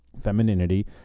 femininity